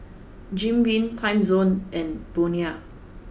Jim Beam Timezone and Bonia